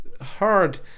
hard